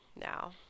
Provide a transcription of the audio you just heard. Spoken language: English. now